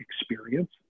experience